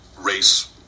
race